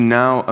now